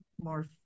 more